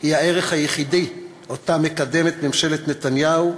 היא הערך היחידי שמקדמת ממשלת נתניהו,